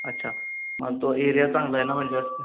अच्छा मग तो एरिया चांगला आहे ना म्हणजे असं